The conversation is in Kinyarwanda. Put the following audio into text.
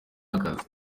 akazi